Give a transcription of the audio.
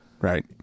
Right